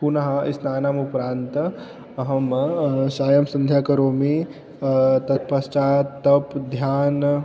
पुनः स्नानमुपरान्त् अहं सायं सन्ध्यां करोमि तत्पश्चात् तपः ध्यानं